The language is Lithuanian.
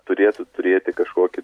turėtų turėti kažkokį